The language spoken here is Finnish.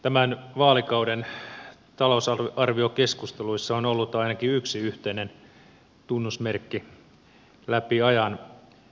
tämän vaalikauden talousarviokeskusteluissa on ollut ainakin yksi yhteinen tunnusmerkki läpi ajan